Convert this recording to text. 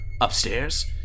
upstairs